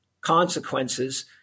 consequences